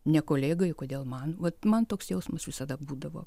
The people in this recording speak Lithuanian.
ne kolegai kodėl man vat man toks jausmas visada būdavo